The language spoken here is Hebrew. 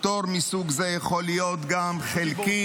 פטור מסוג זה יכול להיות גם חלקי,